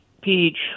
peach